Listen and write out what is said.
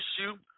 issue